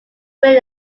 win